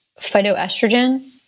phytoestrogen